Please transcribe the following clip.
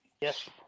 Yes